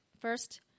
First